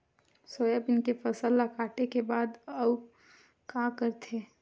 Soybean के फसल ल काटे के बाद आऊ का करथे?